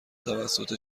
توسط